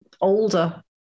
older